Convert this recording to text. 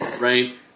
right